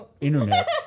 internet